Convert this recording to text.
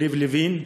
יריב לוין,